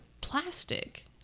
plastic